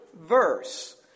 verse